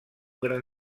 gran